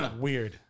Weird